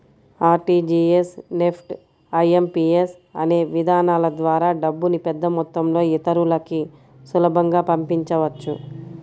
RTGS, NEFT, IMPS అనే విధానాల ద్వారా డబ్బుని పెద్దమొత్తంలో ఇతరులకి సులభంగా పంపించవచ్చు